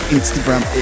Instagram